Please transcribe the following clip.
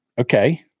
Okay